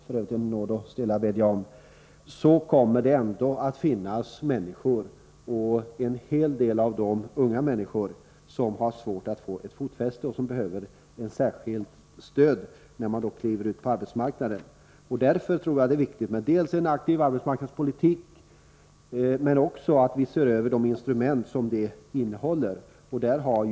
är en nåd att stilla bedja om — kommer det ändå att finnas människor, en hel del av dem unga, som har svårt att få ett fotfäste och som behöver särskilt stöd när de skall kliva ut på arbetsmarknaden. Därför tror jag det är viktigt dels att föra en aktiv arbetsmarknadspolitik, dels att se över de instrument som den innehåller.